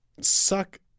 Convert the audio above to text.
suck